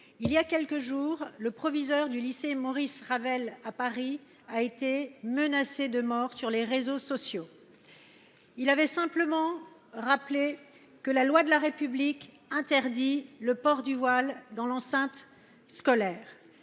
Il y a quelques jours, le proviseur du lycée Maurice Ravel de Paris a été menacé de mort sur les réseaux sociaux pour avoir simplement rappelé que la loi de la République interdit le port du voile dans l’enceinte scolaire.